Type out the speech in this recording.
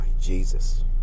Jesus